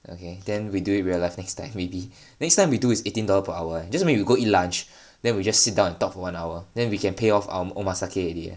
okay then we do it real life next time maybe next time we do is eighteen dollar per hour eh that mean we go eat lunch then we just sit down and talk one hour then we can pay off our omakase already eh